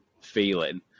feeling